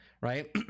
right